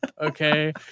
Okay